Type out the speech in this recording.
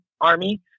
Army